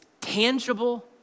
tangible